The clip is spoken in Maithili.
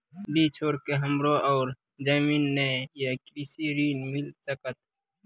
डीह छोर के हमरा और जमीन ने ये कृषि ऋण मिल सकत?